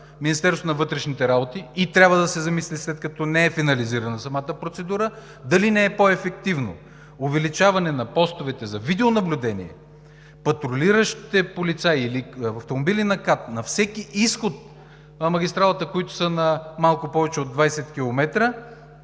Министерството на вътрешните работи трябва да се замисли и след като не е финализирана самата процедура, дали не е по-ефективно увеличаването на постовете за видеонаблюдение, патрулиращите полицаи, или автомобили на КАТ на всеки изход на магистралата, които са на малко повече от 20 км